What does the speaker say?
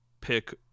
pick